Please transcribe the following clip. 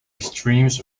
extremes